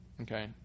Okay